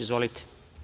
Izvolite.